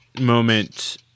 moment